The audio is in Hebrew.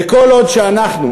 וכל עוד אנחנו,